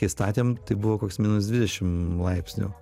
kai statėm tai buvo koks minus dvidešimt laipsnių